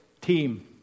team